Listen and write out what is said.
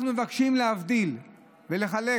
אנחנו מבקשים להבדיל ולחלק